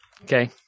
Okay